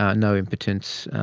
um no impotence,